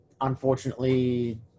unfortunately